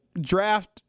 Draft